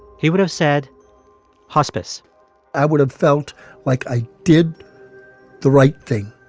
he would have said hospice i would have felt like i did the right thing.